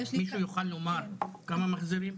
מישהו יוכל לומר כמה מחזירים?